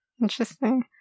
Interesting